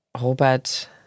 Robert